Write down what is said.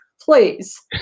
please